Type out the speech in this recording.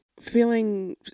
feeling